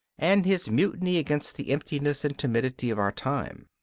and his mutiny against the emptiness and timidity of our time.